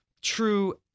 true